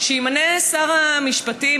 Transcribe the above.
שימנה שר המשפטים.